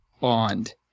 bond